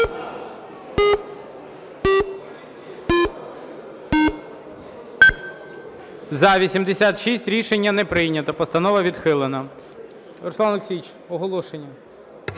За-86 Рішення не прийнято. Постанова відхилена.